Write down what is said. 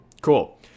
Cool